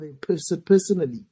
personally